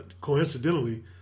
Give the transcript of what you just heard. coincidentally